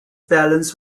balance